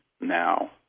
now